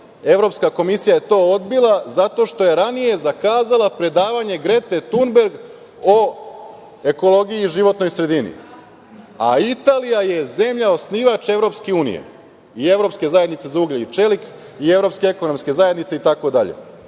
Evropska komisija je to odbila zato što je ranije zakazala predavanje Grete Tumberg o ekologiji i životnoj sredini, a Italija je zemlja osnivač EU i Evropske zajednice za ugalj i čelik i Evropske ekonomske zajednice itd. Šta